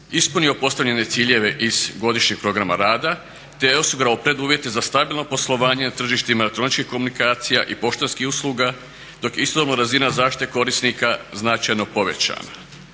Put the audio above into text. ispunio postavljene ciljeve iz godišnjeg programa rada, te je osigurao preduvjete za stabilno poslovanje na tržištima elektroničkih komunikacija i poštanskih usluga dok je istodobno razina zaštite korisnika značajno povećana.